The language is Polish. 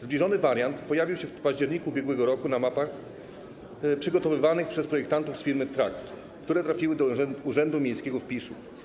Zbliżony wariant pojawił się w październiku ub.r. na mapach przygotowywanych przez projektantów z firmy TRAKT, które trafiły do Urzędu Miejskiego w Piszu.